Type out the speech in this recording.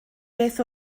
beth